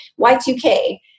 Y2K